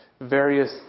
various